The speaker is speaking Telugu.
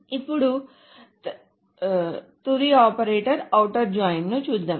ఇప్పడు తుది ఆపరేటర్ ఔటర్ జాయిన్ ను చూద్దాం